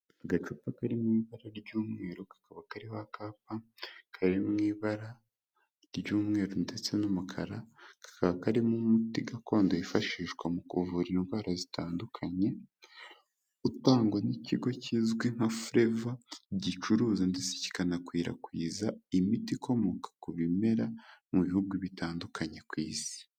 Agacupa kari mu ibara ry'umweru kakaba kariho akapa kari mu ibara ry'umweru ndetse n'umukara, kakaba karimo umuti gakondo wifashishwa mu kuvura indwara zitandukanye, utangwa n'ikigo kizwi nka Fureva gicuruza ndetse kikanakwirakwiza imiti ikomoka ku bimera mu bihugu bitandukanye ku Isi.